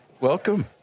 welcome